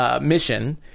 Mission